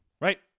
Right